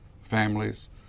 families